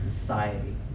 society